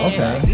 Okay